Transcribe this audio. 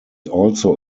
also